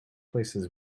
places